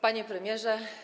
Panie Premierze!